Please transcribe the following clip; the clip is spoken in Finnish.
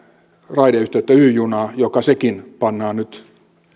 raideyhteyttä y junaa joka sekin pannaan nyt